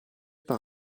par